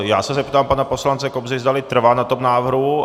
Já se zeptám pana poslance Kobzy, zdali trvá na tom návrhu.